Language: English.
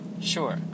Sure